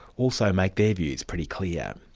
also make their views pretty clear.